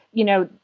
you know,